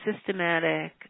systematic